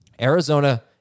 Arizona